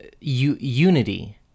unity